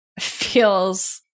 feels